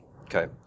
Okay